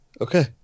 Okay